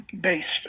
based